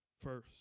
first